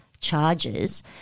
charges